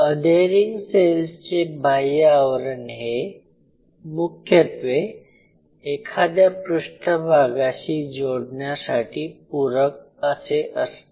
adhering सेल्सचे बाह्य आवरण हे मुख्यत्वे एखाद्या पृष्ठभागाशी जोडण्यासाठी पूरक असे असते